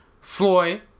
Floyd